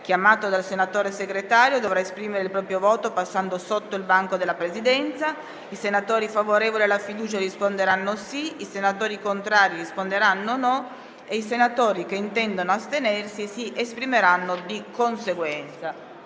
chiamato dal senatore Segretario dovrà esprimere il proprio voto passando innanzi al banco della Presidenza. I senatori favorevoli alla fiducia risponderanno sì; i senatori contrari risponderanno no; i senatori che intendono astenersi si esprimeranno di conseguenza.